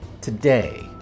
today